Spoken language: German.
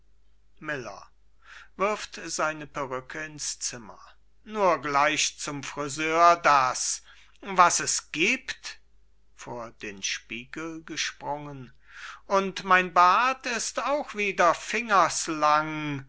zimmer nur gleich zum friseur das was es gibt vor den spiegel gesprungen und mein bart ist auch wieder